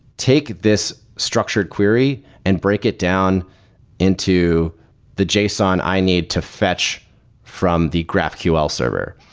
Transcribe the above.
take this structured query and break it down into the json i need to fetch from the graphql server.